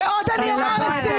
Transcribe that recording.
ועוד אומר לסיום